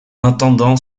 attendant